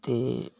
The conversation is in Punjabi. ਅਤੇ